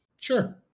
Sure